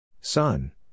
Son